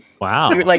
Wow